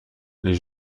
les